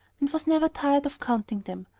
and was never tired of counting them.